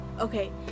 Okay